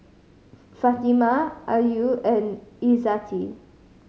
Fatimah Ayu and Izzati